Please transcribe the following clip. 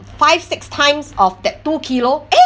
five six times of that two kilo eh